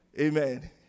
Amen